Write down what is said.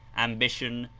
ambition,